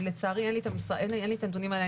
לצערי אין לי את הנתונים האלה.